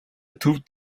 төвд